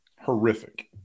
Horrific